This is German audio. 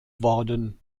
worden